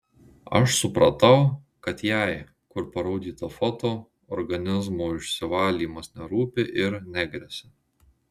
aš supratau kad jai kur parodyta foto organizmo išsivalymas nerūpi ir negresia